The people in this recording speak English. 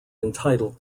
entitled